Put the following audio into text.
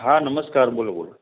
હા નમસ્કાર બોલો બોલો